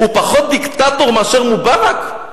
הוא פחות דיקטטור מאשר מובארק?